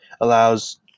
allows